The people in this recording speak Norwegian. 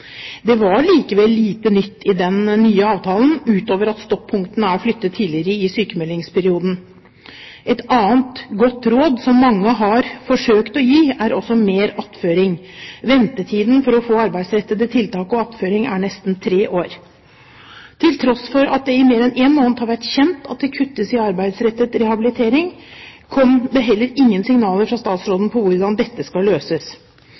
Det var likevel lite nytt i den nye avtalen, utover at stoppunktene er flyttet tidligere i sykmeldingsperioden. Et annet godt råd som mange har forsøkt å gi, er også mer attføring. Ventetiden for å få arbeidsrettede tiltak og attføring er nesten tre år. Til tross for at det i mer enn en måned har vært kjent at det kuttes i arbeidsrettet rehabilitering, kom det heller ingen signaler fra statsråden om hvordan dette skal løses.